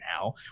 now